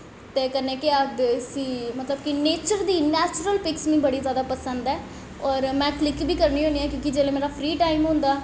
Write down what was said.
ते कन्नै केह् आखदे उसी मतलव नेचर दा नैचुर्ल पिक्स मिगी बड़ी जादा पसंद ऐ और क्लिक बी करनी होन्नी आं जिसलै मेरा फ्री टाईम होंदा